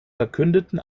verkündeten